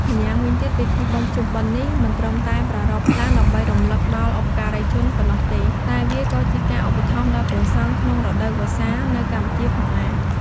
ម្យ៉ាងវិញទៀតពិធីបុណ្យភ្ជុំបិណ្ឌនេះមិនត្រឹមតែប្រារព្ធឡើងដើម្បីរំឮកដល់បុព្វការីជនប៉ុណ្ណោះទេ តែវាក៏ជាការឧបត្ថម្ភដល់ព្រះសង្ឃក្នុងរដូវវស្សានៅកម្ពុជាផងដែរ។